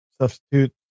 substitute